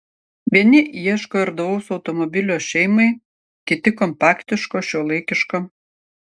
vieni ieško erdvaus automobilio šeimai kiti kompaktiško šiuolaikiško